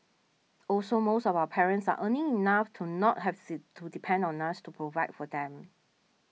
also most of our parents are earning enough to not have to depend on us to provide for them